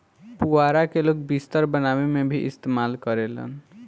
पुआरा के लोग बिस्तर बनावे में भी इस्तेमाल करेलन